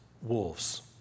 wolves